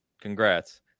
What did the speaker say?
congrats